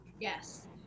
Yes